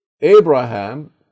Abraham